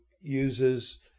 uses